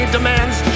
Demands